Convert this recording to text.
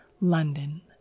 london